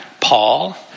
Paul